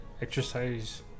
exercise